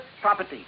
property